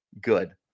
good